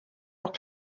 auch